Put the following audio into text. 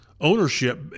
ownership